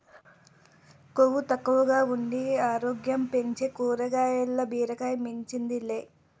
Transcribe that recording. కొవ్వు తక్కువగా ఉండి ఆరోగ్యం పెంచే కాయగూరల్ల బీరకాయ మించింది లే